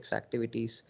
activities